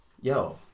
yo